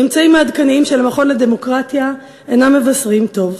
הממצאים העדכניים של המכון לדמוקרטיה אינם מבשרים טוב.